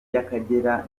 y’akagera